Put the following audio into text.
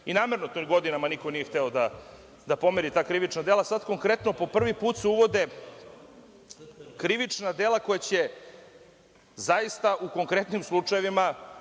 Namerno to godinama niko nije hteo da pomeri ta krivična dela. Sada konkretno po prvi put se uvode krivična dela koja će zaista u konkretnim slučajevima